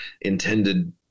intended